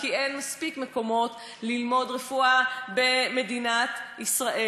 כי אין מספיק מקומות ללמוד רפואה במדינת ישראל.